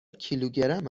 کیلوگرم